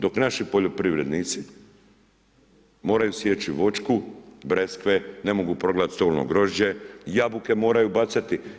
Dok naši poljoprivrednici moraju sjeći voćku, breskve, ne mogu prodati stolno grožđe, jabuke moraju bacati.